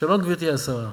בתוך בית-החולים.